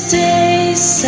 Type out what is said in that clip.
days